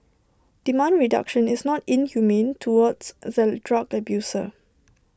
demand reduction is not inhumane towards the drug abuser